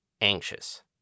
anxious